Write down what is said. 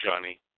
Johnny